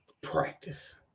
Practice